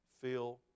feel